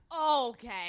Okay